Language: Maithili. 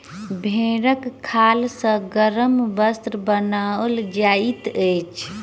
भेंड़क खाल सॅ गरम वस्त्र बनाओल जाइत अछि